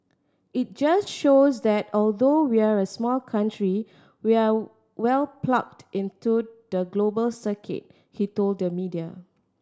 it just shows that although we're a small country we're well plugged into the global circuit he told the media